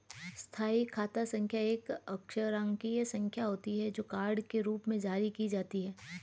स्थायी खाता संख्या एक अक्षरांकीय संख्या होती है, जो कार्ड के रूप में जारी की जाती है